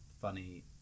funny